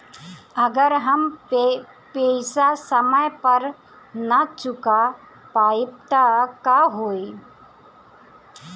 अगर हम पेईसा समय पर ना चुका पाईब त का होई?